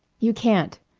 you can't,